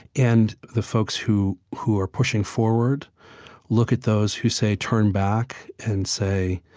and the folks who who are pushing forward look at those who say, turn back and say,